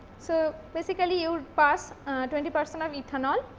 so, basically you pass twenty percent of ethanol